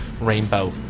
rainbow